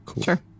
sure